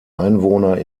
einwohner